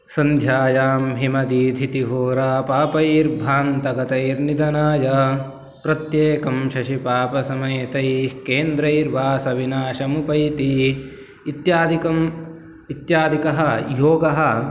सन्ध्यायां हिमदीधितिहोरापापैर्भान्तगतैर्निदनाय प्रत्येकं शशिपापसमयतैः केन्द्रैर्वासविनाशमुपैति इत्यादिकं इत्यादिकः योगः